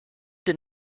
did